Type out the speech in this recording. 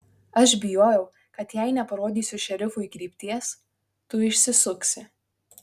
aš bijojau kad jei neparodysiu šerifui krypties tu išsisuksi